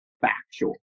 factual